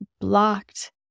blocked